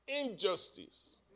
injustice